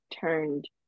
turned